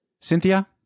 Cynthia